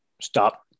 stop